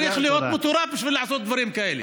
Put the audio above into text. צריך להיות מטורף בשביל לעשות דברים כאלה.